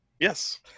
Yes